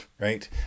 right